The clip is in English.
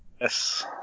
Yes